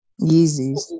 Yeezys